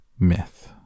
Myth